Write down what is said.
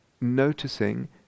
noticing